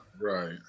Right